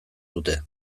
dute